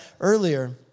earlier